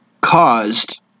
caused